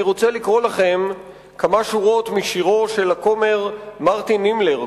אני רוצה לקרוא לכם כמה שורות משירו של הכומר מרטין נימלר,